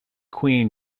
queen